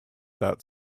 that